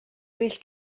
well